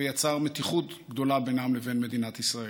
ויצר מתיחות גדולה בינם לבין מדינת ישראל.